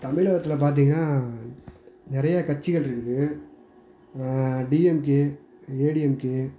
தமிழகத்துல பார்த்தீங்கன்னா நிறையா கட்சிகள்ருக்குது டிஎம்கே ஏடிஎம்கே